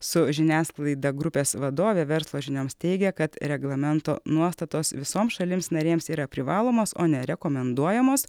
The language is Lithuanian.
su žiniasklaida grupės vadovė verslo žinioms teigė kad reglamento nuostatos visoms šalims narėms yra privalomos o ne rekomenduojamos